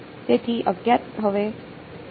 તેથી અજ્ઞાત હવે મારા છે